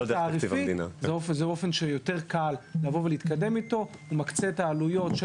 זה אופן שיותר קל לבוא ולהתקדם איתו הוא מקצה את העלויות של